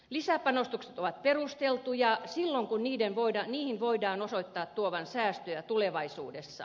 lisäpanostukset ovat perusteltuja silloin kun niiden voidaan osoittaa tuovan säästöjä tulevaisuudessa